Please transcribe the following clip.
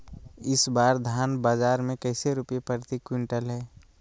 इस बार धान बाजार मे कैसे रुपए प्रति क्विंटल है?